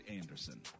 Anderson